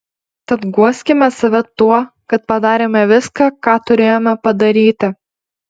tad guoskime save tuo kad padarėme viską ką turėjome padaryti